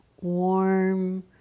warm